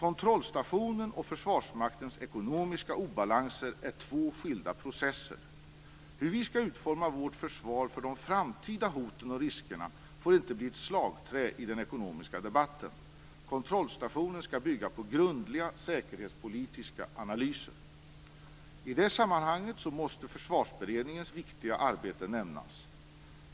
Kontrollstationen och Försvarsmaktens ekonomiska obalanser är två skilda processer. Hur vi skall utforma vårt försvar för de framtida hoten och riskerna får inte bli ett slagträ i den ekonomiska debatten. Kontrollstationen skall bygga på grundliga säkerhetspolitiska analyser. I det sammanhanget måste Försvarsberedningens viktiga arbete nämnas.